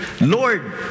Lord